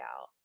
out